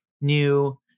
new